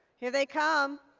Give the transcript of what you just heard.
here they come.